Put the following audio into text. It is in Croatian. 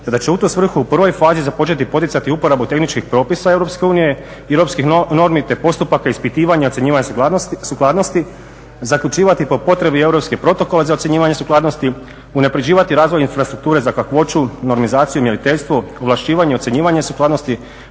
da će u tu svrhu u prvoj fazi započeti poticati uporabu tehničkih propisa Europske unije, europskih normi, te postupaka ispitivanja i ocjenjivanja sukladnosti, zaključivati po potrebi europske protokole za ocjenjivanje sukladnosti, unapređivati razvoj infrastrukture za kakvoću, normizaciju, mjeriteljstvo, ovlašćivanje i ocjenjivanje sukladnosti,